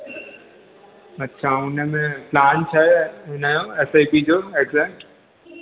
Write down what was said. अच्छा हुन में प्लान छा आहे हुनजो अफ आई बी जो एक्ज़ेक्ट